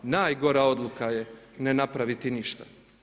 Najgora odluka je ne napraviti ništa“